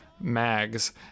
Mags